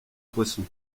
poisson